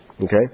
Okay